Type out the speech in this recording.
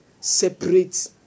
Separate